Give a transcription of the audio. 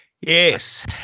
Yes